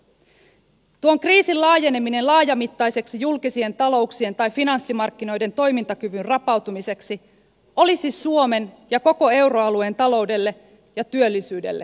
tuon kriisin laajeneminen laajamittaiseksi julkisien talouksien tai finanssimarkkinoiden toimintakyvyn rapautumiseksi olisi suomen ja koko euroalueen taloudelle ja työllisyydelle kohtalokasta